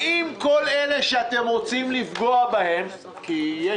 האם כל אלה שאתם רוצים לפגוע בהם כי אני